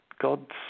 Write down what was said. God's